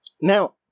Now